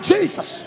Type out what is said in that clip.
Jesus